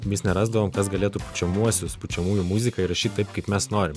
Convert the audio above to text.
vis nerasdavom kas galėtų pučiamuosius pučiamųjų muziką įrašyt taip kaip mes norim